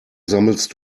sammelst